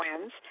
wins